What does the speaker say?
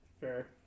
Fair